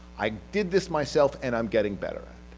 i did this myself and i'm getting better at